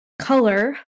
color